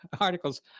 articles